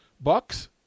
Bucks